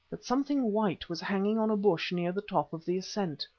that something white was hanging on a bush near the top of the ascent.